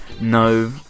no